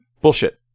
Bullshit